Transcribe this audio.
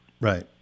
Right